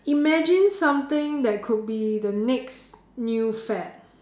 imagine something that could be the next new fad